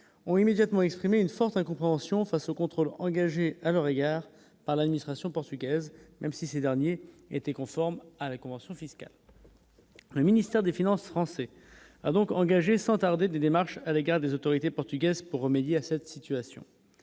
ont immédiatement exprimé une forte incompréhension face aux contrôle engagé à leur égard par l'administration portugaise, même si ces derniers étaient conformes à la convention fiscale. Le ministère des Finances français a donc engagé sans tarder des démarches à l'égard des autorités portugaises pour remédier à cette situation,